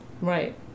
Right